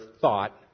thought